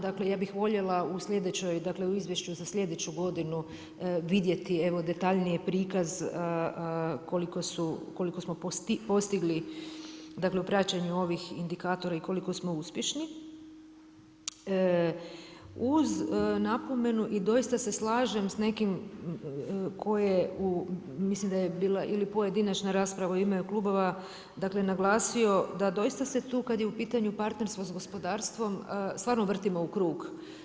Dakle, ja bih voljela u sljedećoj, dakle u Izvješću za sljedeću godinu vidjeti evo detaljnije prikaz koliko smo postigli, dakle u praćenju ovih indikatora i koliko smo uspješni uz napomenu i doista se slažem sa nekim tko je, mislim da je bila ili pojedinačna rasprava u ime klubova, dakle naglasio da doista se tu kad je u pitanju partnerstvo s gospodarstvom stvarno vrtimo u krug.